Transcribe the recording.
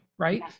right